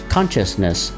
Consciousness